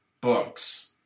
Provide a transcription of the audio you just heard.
books